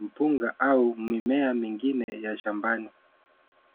mpunga, au mimea mingine ya shambani.